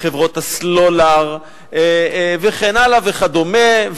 וחברות הסלולר וכן הלאה וכדומה.